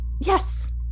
Yes